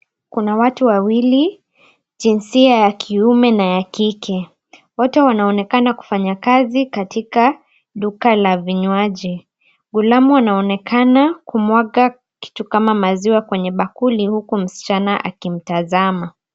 Kuna watu wawili, jinsia ya kiume na kike. Wote wanaonekana kufanya kazi katika duka la vinywaji. Ghulamu anaoanekana kumwaga kitu kama maziwa kwenye bakuli huku msichana akimtazama.